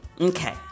Okay